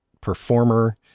performer